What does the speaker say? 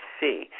see